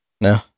No